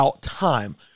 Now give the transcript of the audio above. time